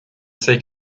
sais